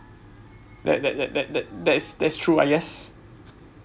that that that that that‘s that's true I guess